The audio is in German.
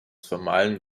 formalen